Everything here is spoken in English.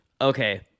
okay